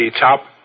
top